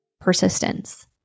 persistence